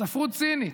ספרות סינית.